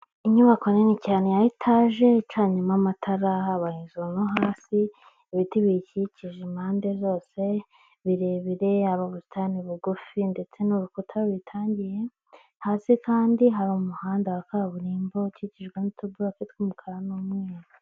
Inyubako nini cyane ya etaje, icanyemo amatara haba hejuru no hasi, ibiti biyikikije impande zose, birebire. Hari ubusitani bugufi ndetse n'urukuta ruyitangiriye, hasi kandi har'umuhanda wa kaburimbo, ukikijwe nutubuloke twumukara n'umweru.